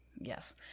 Yes